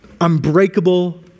unbreakable